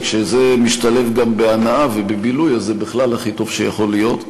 וכשזה גם משתלב בהנאה ובבילוי זה בכלל הכי טוב שיכול להיות.